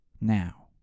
Now